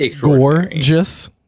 Gorgeous